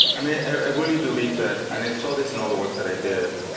i mean, i really believe that and i saw this in all the work that i did,